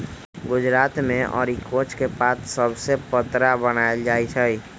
गुजरात मे अरिकोच के पात सभसे पत्रा बनाएल जाइ छइ